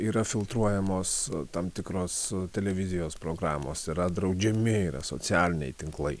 yra filtruojamos tam tikros televizijos programos yra draudžiami yra socialiniai tinklai